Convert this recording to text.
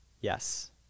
Yes